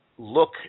Look